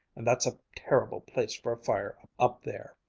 and that's a terrible place for a fire up there.